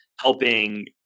helping